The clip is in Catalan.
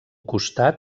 costat